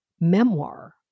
memoir